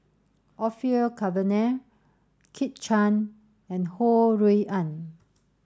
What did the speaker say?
Orfeur Cavenagh Kit Chan and Ho Rui An